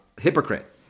hypocrite